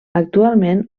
actualment